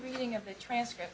reading of the transcript